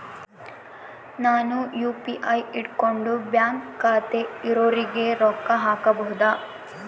ನಾನು ಯು.ಪಿ.ಐ ಇಟ್ಕೊಂಡು ಬ್ಯಾಂಕ್ ಖಾತೆ ಇರೊರಿಗೆ ರೊಕ್ಕ ಹಾಕಬಹುದಾ?